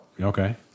Okay